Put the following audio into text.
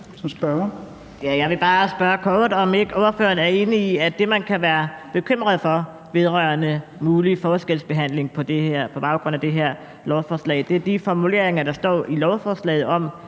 Jeg vil bare kort spørge, om ikke ordføreren er enig i, at det, man kan være bekymret for vedrørende en mulig forskelsbehandling på baggrund af det her lovforslag, er de formuleringer, der står i lovforslaget, om,